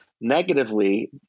negatively